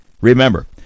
Remember